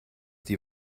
die